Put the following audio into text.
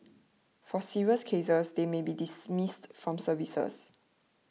for serious cases they may be dismissed from services